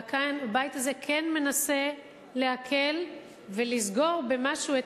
והבית הזה כן מנסה להקל ולסגור במשהו את